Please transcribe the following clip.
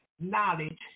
knowledge